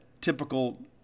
typical